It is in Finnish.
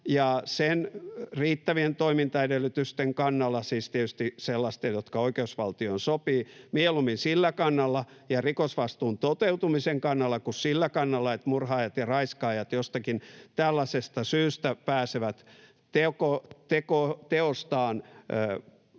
sen riittävien toimintaedellytysten kannalla — siis tietysti sellaisten, jotka oikeusvaltioon sopivat, mieluummin sillä kannalla — ja rikosvastuun toteutumisen kannalla kuin sillä kannalla, että murhaajat ja raiskaajat jostakin tällaisesta syystä pääsevät teostaan